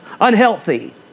unhealthy